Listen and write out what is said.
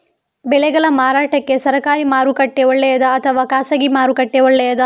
ಬೆಳೆಗಳ ಮಾರಾಟಕ್ಕೆ ಸರಕಾರಿ ಮಾರುಕಟ್ಟೆ ಒಳ್ಳೆಯದಾ ಅಥವಾ ಖಾಸಗಿ ಮಾರುಕಟ್ಟೆ ಒಳ್ಳೆಯದಾ